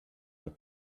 her